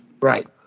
Right